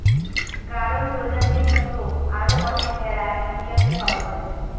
গাড়ল প্রজাতির মত আরো অনেক ভেড়া ইন্ডিয়াতে পাওয়া যায়